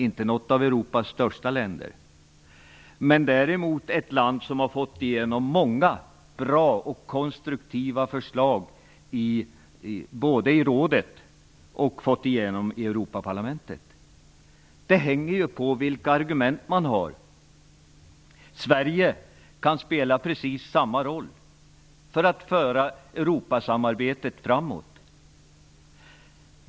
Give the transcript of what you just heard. Det är inte ett av Europas största länder, men det är däremot ett land som har fått igenom många bra och konstruktiva förslag både i rådet och i Europaparlamentet. Det hänger ju på vilka argument man har. Sverige kan spela precis samma roll för att föra Europasamarbetet framåt.